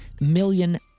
million